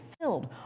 filled